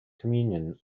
communion